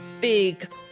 big